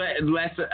less